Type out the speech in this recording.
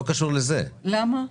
למה?